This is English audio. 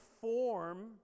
form